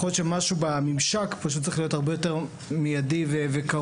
יכול להיות שמשהו בממשק פשוט צריך להיות הרבה יותר מיידי וקרוב.